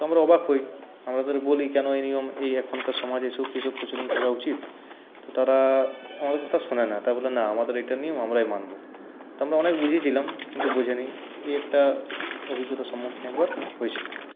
তো আমরা অবাক হই আমরা ওদের বলি কেন এই নিয়ম এই এখনকার সমাজে এসব কী সব প্রচলন থাকা উচিত তো তারা আমাদের কথা শোনে না তারা বলে না আমাদের এটা নিয়ম আমরা এ মানব তো আমরা অনেক বুঝিয়েছিলাম কিন্তু বোঝেনি এই একটা অভিজ্ঞতার সম্মুখীন একবার হয়েছিলাম